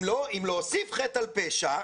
אם להוסיף חטא על פשע,